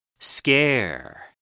Scare